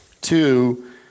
two